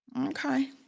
Okay